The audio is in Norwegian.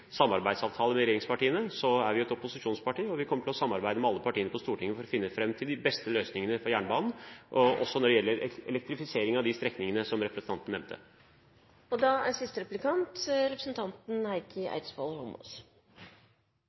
samarbeidsavtale med regjeringspartiene, er vi et opposisjonsparti. Vi kommer til å samarbeide med alle partiene på Stortinget for å finne fram til de beste løsningene for jernbanen, også når det gjelder elektrifisering av de strekningene som representanten nevnte. Jeg merket meg at representanten